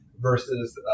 versus